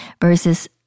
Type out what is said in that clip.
versus